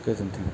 गोजोन्थों